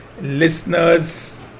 listeners